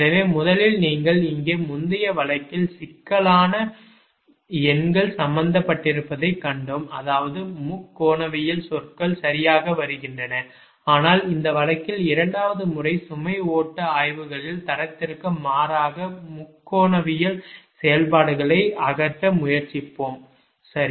எனவே முதலில் நீங்கள் இங்கே முந்தைய வழக்கில் சிக்கலான எண்கள் சம்பந்தப்பட்டிருப்பதைக் கண்டோம் அதாவது முக்கோணவியல் சொற்கள் சரியாக வருகின்றன ஆனால் இந்த வழக்கில் இரண்டாவது முறை சுமை ஓட்ட ஆய்வுகளில் தரத்திற்கு மாறாக முக்கோணவியல் செயல்பாடுகளை அகற்ற முயற்சிப்போம் சரி